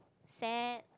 sad